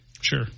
Sure